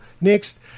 Next